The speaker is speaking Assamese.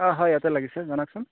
অঁ হয় ইয়াতে লাগিছে জনাওকচোন